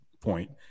point